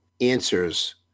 answers